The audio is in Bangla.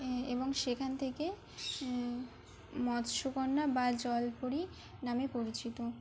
এবং সেখান থেকে মৎস্যকন্যা বা জলপুরী নামে পরিচিত